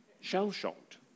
shell-shocked